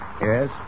Yes